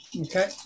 Okay